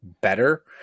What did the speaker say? better